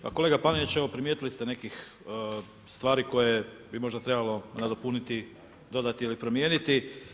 Pa kolega Panenić evo primijetili ste nekih stvari koje bi možda trebalo nadopuniti, dodati ili promijeniti.